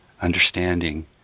understanding